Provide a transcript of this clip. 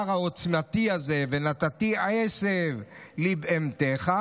העוצמתי הזה: "ונתתי עשב בְּשָׂדך לבהמתך,